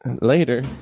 Later